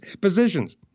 positions